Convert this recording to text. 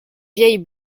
vieille